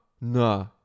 nah